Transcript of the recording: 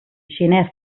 xinès